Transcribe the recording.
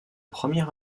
premier